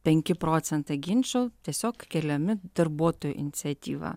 penki procentai ginčų tiesiog keliami darbuotojų iniciatyva